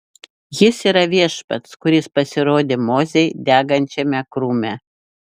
jis yra viešpats kuris pasirodė mozei degančiame krūme